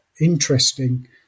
interesting